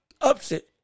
upset